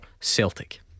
Celtic